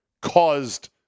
caused